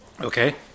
Okay